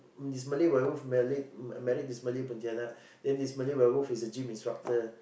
this Malay werewolf married married this Malay pontianak then this Malay werewolf is a gym instructor